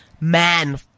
Man